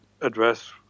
address